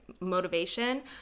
motivation